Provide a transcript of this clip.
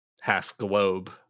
half-globe